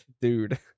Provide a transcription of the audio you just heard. dude